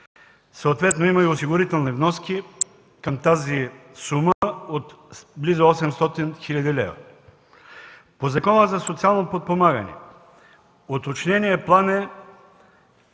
Съответно има и осигурителни вноски към тази сума от близо 800 хил. лв. По Закона за социално подпомагане – уточненият план е